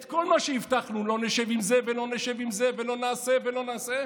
את כל מה שהבטחנו: לא נשב עם זה ולא נשב עם זה ולא נעשה ולא נעשה.